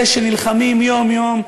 אלה שנלחמים יום-יום,